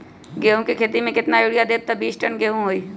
गेंहू क खेती म केतना यूरिया देब त बिस टन गेहूं होई?